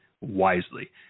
wisely